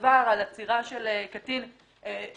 בטובתם שהם כבר בתוך התהליך קודם שהם